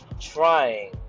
Trying